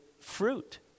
fruit